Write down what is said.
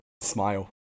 smile